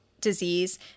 disease